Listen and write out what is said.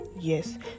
yes